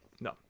No